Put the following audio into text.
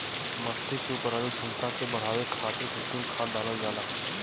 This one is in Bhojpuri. मट्टी के उपराजल क्षमता के बढ़ावे खातिर कृत्रिम खाद डालल जाला